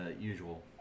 usual